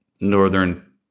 northern